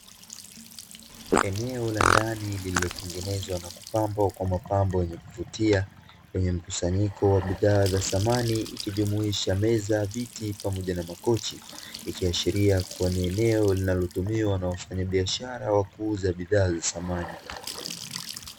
Eneo la ndani lililotengenezwa na kupambwa kwa mapambo yenye kuvutia, lenye mkusanyiko wa bidhaa za samani ikijumuisha meza, viti pamoja na makochi. Ikiashiria kuwa ni eneo linalotumiwa na wafanyabiashara wa kuuza bidhaa za samani.